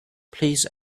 please